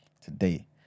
today